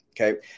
okay